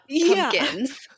pumpkins